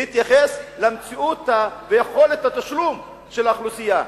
להתייחס למציאות וליכולת התשלום של האוכלוסייה.